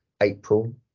April